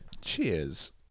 Cheers